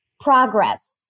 progress